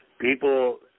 People